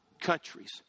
countries